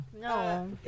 No